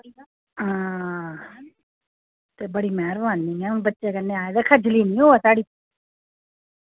आं बड़ी मेहरबानी ऐ बच्चें कन्नै आए दे आं खज्जली निं होऐ साढ़ी